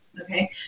Okay